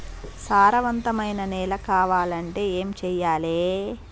సారవంతమైన నేల కావాలంటే నేను ఏం చెయ్యాలే?